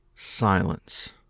silence